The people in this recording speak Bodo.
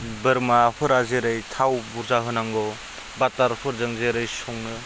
बोरमाफोरा जेरै थाव बुरजा होनांगौ बाटारफोरजों जेरै सङो